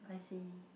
I see